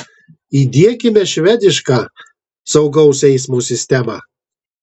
įdiekime švedišką saugaus eismo sistemą